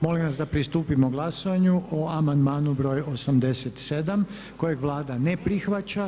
Molim vas da pristupimo glasovanju o amandmanu br. 87. kojeg Vlada ne prihvaća.